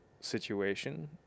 situation